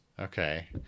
Okay